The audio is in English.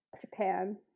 japan